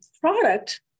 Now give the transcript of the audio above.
product